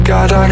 God